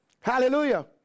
Hallelujah